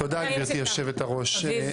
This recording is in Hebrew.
תודה גברתי יושבת הראש.